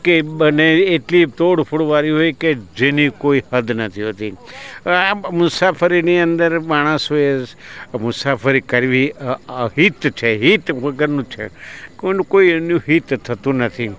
કે બને એટલી તોડ ફોડવાળી હોય કે જેની કોઈ હદ નથી હોતી આમ મુસાફરીની અંદર માણસોએ મુસાફરી કરવી અહિત છે હિત વગરનું છે કોઈન કોઈનું હિત થતું નથી